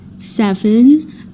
seven